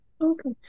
Okay